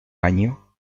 año